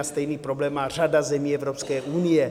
A stejný problém má řada zemí Evropské unie.